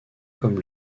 comme